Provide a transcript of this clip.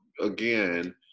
again